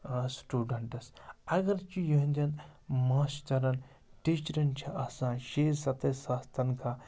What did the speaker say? students اگر چھِ یِہنٛدٮ۪ن ماسٹَرَن ٹیٖچرَن چھِ آسان شےٚ سَتَے ساس تَنخواہ